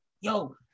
yo